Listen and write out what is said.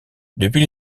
depuis